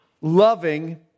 loving